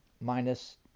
Minus